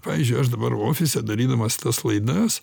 pavyžiui aš dabar ofise darydamas tas laidas